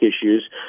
issues